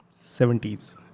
70s